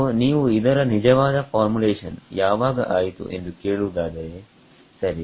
ಸೋನೀವು ಇದರ ನಿಜವಾದ ಫಾರ್ಮುಲೇಶನ್ ಯಾವಾಗ ಆಯಿತು ಎಂದು ಕೇಳುವುದಾದರೆ ಸರಿ